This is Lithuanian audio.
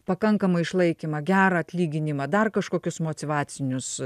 pakankamą išlaikymą gerą atlyginimą dar kažkokius mocyvacinius